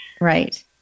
Right